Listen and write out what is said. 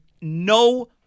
no